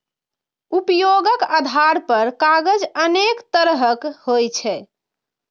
उपयोगक आधार पर कागज अनेक तरहक होइ छै